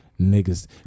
niggas